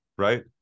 Right